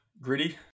gritty